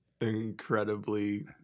incredibly